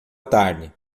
tarde